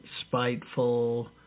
spiteful